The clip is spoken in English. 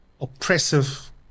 oppressive